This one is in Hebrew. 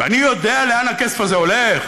ואני יודע לאן הכסף הזה הולך,